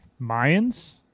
Mayans